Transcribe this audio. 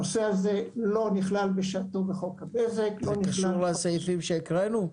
הנושא הזה לא נכלל בשעתו בחוק הבזק --- זה קשור לסעיפים שהקראנו?